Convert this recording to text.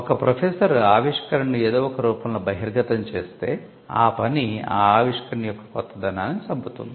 ఒక ప్రొఫెసర్ ఆవిష్కరణను ఏదో ఒక రూపంలో బహిర్గతం చేస్తే ఆ పని ఆ ఆవిష్కరణ యొక్క కొత్తదనాన్ని చంపుతుంది